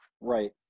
Right